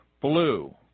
blue